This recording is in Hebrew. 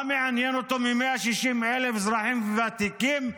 מה מעניינים אותו 160,000 אזרחים ותיקים עניים?